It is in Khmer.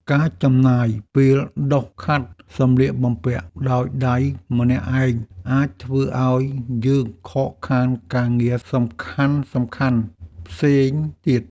ការចំណាយពេលដុសខាត់សម្លៀកបំពាក់ដោយដៃម្នាក់ឯងអាចធ្វើឱ្យយើងខកខានការងារសំខាន់ៗផ្សេងទៀត។